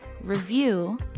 review